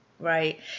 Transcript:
right